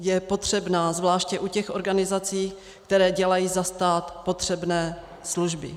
Je potřebná, zvláště u těch organizací, které dělají za stát potřebné služby.